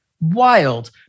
wild